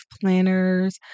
planners